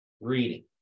reading